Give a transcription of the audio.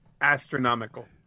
Astronomical